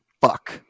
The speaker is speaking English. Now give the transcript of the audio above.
Fuck